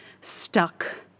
stuck